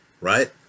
right